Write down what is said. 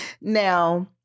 Now